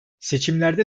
seçimlerde